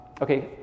Okay